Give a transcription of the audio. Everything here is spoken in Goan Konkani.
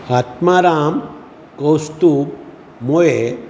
आत्माराम कौसतुब मोये